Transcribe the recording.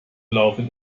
laufen